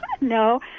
no